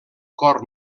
cor